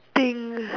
thing